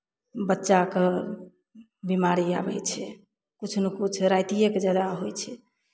बच्चाके बिमारी आबै छै किछु ने किछु रातिएकेँ जादा होइ छै